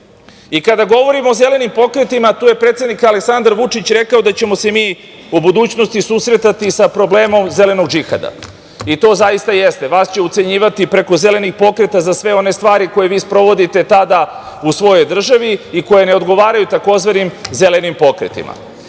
I, kada govorimo o zelenim pokretima, tu je predsednik Aleksandar Vučić rekao da ćemo se mi u budućnosti susretati sa problemom zelenog džihada. To zaista jeste, jer vas će ucenjivati i preko zelenih pokreta za sve one stvari koje vi sprovodite tada u svojoj državi i koje ne odgovaraju tzv. zelenim pokretima. Već